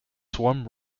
swarm